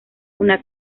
una